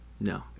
No